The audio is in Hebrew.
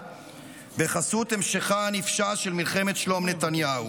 בחסות המשכה הנפשע של מלחמת שלום נתניהו,